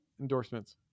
endorsements